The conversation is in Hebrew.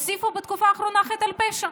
הוסיפו בתקופה האחרונה חטא על פשע,